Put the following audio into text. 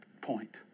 point